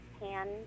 pan